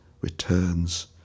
returns